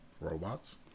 Robots